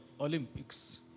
Olympics